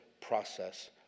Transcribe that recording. process